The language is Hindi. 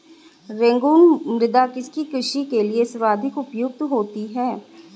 रेगुड़ मृदा किसकी कृषि के लिए सर्वाधिक उपयुक्त होती है?